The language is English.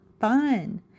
fun